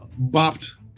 bopped